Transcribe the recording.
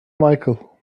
michael